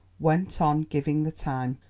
went on giving the time.